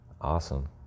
Awesome